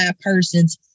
persons